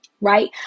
right